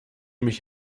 mich